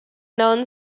known